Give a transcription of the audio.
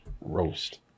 roast